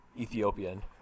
Ethiopian